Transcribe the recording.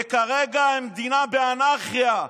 וכרגע המדינה באנרכיה.